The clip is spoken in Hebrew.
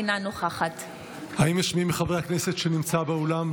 אינה נוכחת האם יש מי מחברי הכנסת שנמצא באולם,